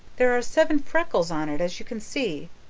there are seven freckles on it, as you can see.